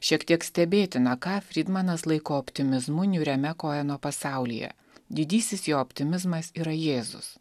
šiek tiek stebėtina ką fridmanas laiko optimizmu niūriame koeno pasaulyje didysis jo optimizmas yra jėzus